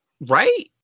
Right